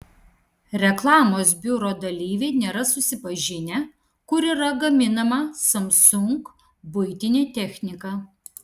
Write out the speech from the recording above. reklamos biuro dalyviai nėra susipažinę kur yra gaminama samsung buitinė technika